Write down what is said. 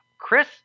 Chris